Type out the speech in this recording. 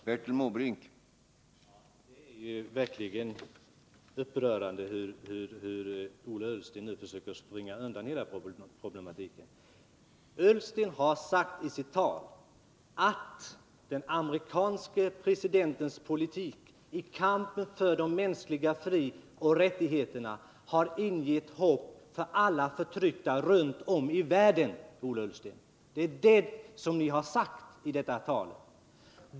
Herr talman! Det är verkligen upprörande hur Ola Ullsten nu försöker springa undan hela problematiken. Ola Ullsten har sagt i sitt tal att den amerikanske presidentens politik i kampen för de mänskliga frioch rättigheterna har ingett hopp hos alla förtryckta runt om i världen! Det är det Ni sagt i detta tal.